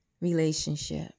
relationship